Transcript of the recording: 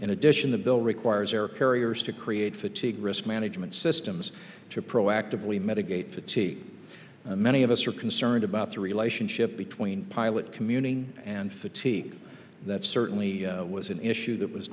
in addition the bill requires air carriers to create fatigue risk management systems to proactively mitigate the t many of us are concerned about the relationship between pilot communing and fatigue that certainly was an issue that was